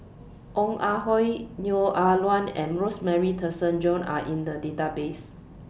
Ong Ah Hoi Neo Ah Luan and Rosemary Tessensohn Are in The Database